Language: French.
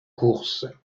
course